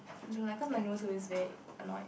I don't like cause my nose always very annoyed